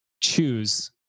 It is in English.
choose